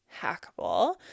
hackable